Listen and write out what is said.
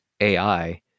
AI